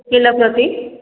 kilo ପ୍ରତି